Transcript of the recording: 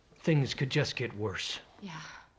things could just get worse. yeah